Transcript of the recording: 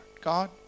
God